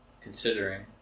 considering